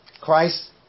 Christ